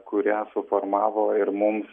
kurią suformavo ir mums